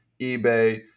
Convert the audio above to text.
eBay